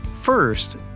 First